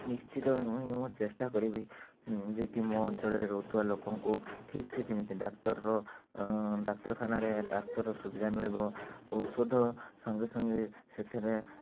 ନିଶ୍ଚିନ୍ତ ଭାବେ ମୁହିଁ ମୋହର ଚେଷ୍ଟା କରିବି ଯେ କି ମୋ ଅଞ୍ଚଳରେ ରହୁଥିବା ଲୋକଙ୍କୁ ଠିକ୍ ସେ କେମିତି ଡାକ୍ତରର ଡାକ୍ତରଖାନାରେ ଡାକ୍ତରର ସୁବିଧା ମିଳିବ ଔଷଧ ସଙ୍ଗେ ସଙ୍ଗେ ସେଠାରେ